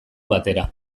batera